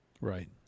Right